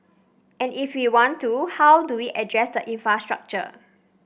and if we want to how do we address the infrastructure